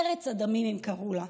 ארץ הדמים, הם קראו לה.